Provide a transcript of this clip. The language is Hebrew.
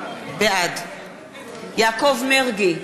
בעד יעקב מרגי,